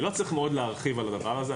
אני לא צריך מאוד להרחיב על הדבר הזה.